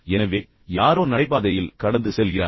எனவே யாரோ நடைபாதையில் கடந்து செல்கிறார்கள்